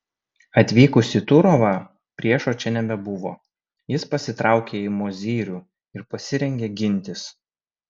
atvykus į turovą priešo čia nebebuvo jis pasitraukė į mozyrių ir pasirengė gintis